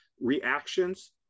reactions